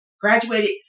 Graduated